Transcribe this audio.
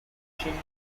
matrice